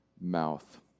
mouth